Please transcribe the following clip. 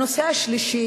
הנושא השלישי,